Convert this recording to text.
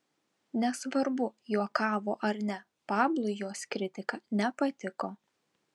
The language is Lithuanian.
nesvarbu juokavo ar ne pablui jos kritika nepatiko